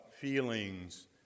feelings